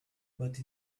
but